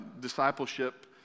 discipleship